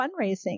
fundraising